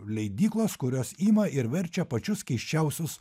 leidyklos kurios ima ir verčia pačius keisčiausius